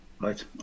Right